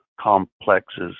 complexes